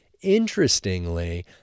interestingly